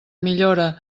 millora